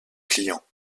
client